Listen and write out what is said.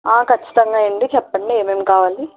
ఖచ్చితంగా అండి చెప్పండి ఏమేమి కావాలి